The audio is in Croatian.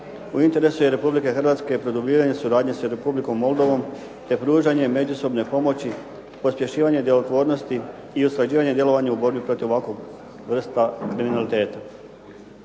u interesu je Republike Hrvatske produbljivanje suradnje sa Republikom Moldovom te pružanje međusobne pomoći pospješivanje djelotvornosti i usklađivanje djelovanja u borbi protiv ovakvog vrsta kriminaliteta.